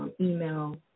email